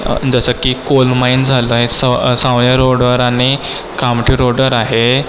जसं की coal mine झालं आहे स सावनेर रोडवर आणि कामठी रोडवर आहे